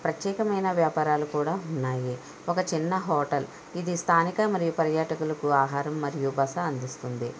ప్రత్యేకమైన వ్యాపారాలు కూడా ఉన్నాయి ఒక చిన్న హోటల్ ఇది స్థానిక మరియు పర్యాటకులకు ఆహారం మరియు బస అందిస్తుంది